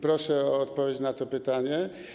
Proszę o odpowiedź na to pytanie.